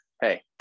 Hey